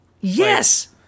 Yes